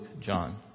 John